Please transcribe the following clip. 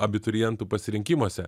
abiturientų pasirinkimuose